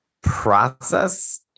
process